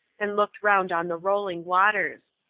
and looked round on the rolling waters.